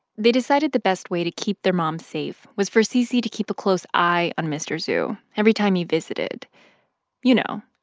they decided the best way to keep their mom safe was for cc to keep a close eye on mr. zhu every time he visited you know,